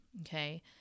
okay